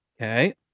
Okay